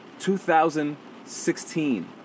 2016